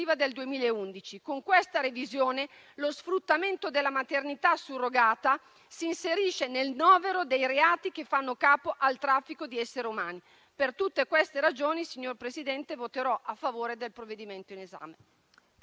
del 2011: con questa revisione lo sfruttamento della maternità surrogata si inserisce nel novero dei reati che fanno capo al traffico di esseri umani. Per tutte queste ragioni, signor Presidente, voterò a favore del provvedimento in esame.